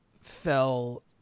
fell